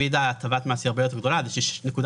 הטבת המס היא הרבה יותר גדולה ושנקודה